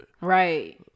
Right